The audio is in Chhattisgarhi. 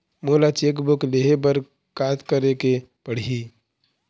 मोला चेक बुक लेहे बर का केरेक पढ़ही?